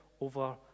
over